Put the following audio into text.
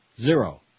Zero